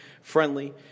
friendly